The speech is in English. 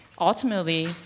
ultimately